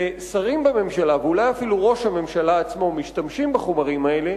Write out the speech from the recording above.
ושרים בממשלה ואולי אפילו ראש הממשלה עצמו משתמשים בחומרים האלה,